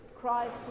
Christ